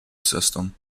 system